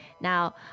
Now